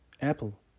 apple